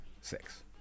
Six